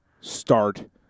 start